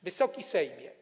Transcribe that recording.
Wysoki Sejmie!